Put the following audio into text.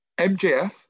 MJF